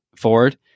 Ford